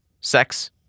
Sex